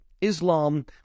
Islam